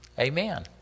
amen